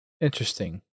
interesting